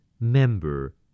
Member